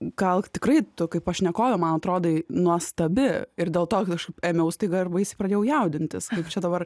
gal tikrai tu kaip pašnekovė man atrodai nuostabi ir dėl to aš ėmiau staiga ir baisiai pradėjau jaudintis kaip čia dabar